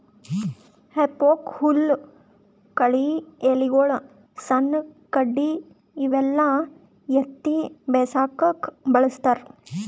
ಹೆಫೋಕ್ ಹುಲ್ಲ್ ಕಳಿ ಎಲಿಗೊಳು ಸಣ್ಣ್ ಕಡ್ಡಿ ಇವೆಲ್ಲಾ ಎತ್ತಿ ಬಿಸಾಕಕ್ಕ್ ಬಳಸ್ತಾರ್